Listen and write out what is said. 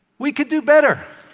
we could do better.